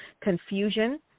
confusion